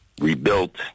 rebuilt